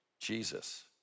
Jesus